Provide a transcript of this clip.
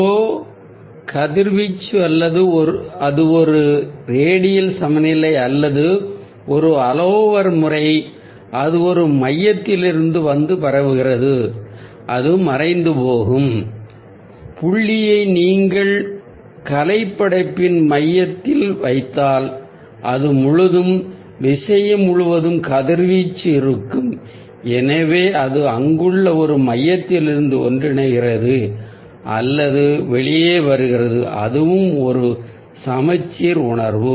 ஏதோ ஒன்று வெளிப்பதுத்தும் போது அல்லது அது ஒரு ரேடியல் சமநிலை அல்லது ஒரு ஆல் ஓவர் முறையாக இருக்கும் போது அது ஒரு மையத்திலிருந்து வந்து பரவுகிறது அது மறைந்துபோகும் புள்ளியை நீங்கள் கலைப்படைப்பின் மையத்தில் வைத்தால் அந்த முழுப்பொருளும் கதிர் வீசத்தொடங்கும் எனவே அது அங்குள்ள ஒரு மையத்திலிருந்து ஒன்றிணைகிறது அல்லது வெளியே வருகிறது அதுவும் ஒரு சமச்சீர் உணர்வு